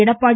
Edappadi